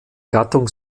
gattung